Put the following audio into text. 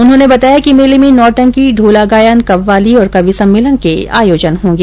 उन्होंने बताया कि मेले में नौटंकी ढोला गायन कब्बाली और कवि सम्मेलन के आयोजन होंगे